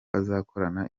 azakorana